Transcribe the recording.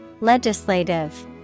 Legislative